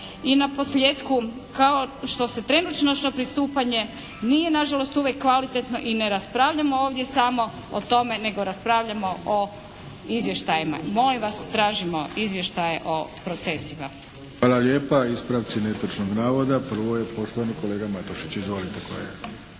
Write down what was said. I naposljetku, kao što se trenutačno pristupanje nije nažalost uvijek kvalitetno i ne raspravljamo ovdje samo o tome, nego raspravljamo o izvještajima. Molim vas, tražimo izvještaje o procesima. **Arlović, Mato (SDP)** Hvala lijepa. Ispravci netočnog navoda. Prvo je poštovani kolega Matušić. Izvolite kolega.